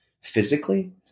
physically